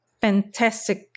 Fantastic